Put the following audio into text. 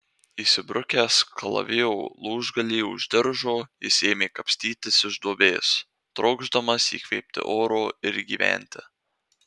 įsibrukęs kalavijo lūžgalį už diržo jis ėmė kapstytis iš duobės trokšdamas įkvėpti oro ir gyventi